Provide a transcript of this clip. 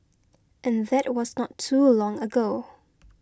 and that was not too long ago